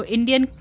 Indian